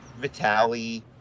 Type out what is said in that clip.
Vitaly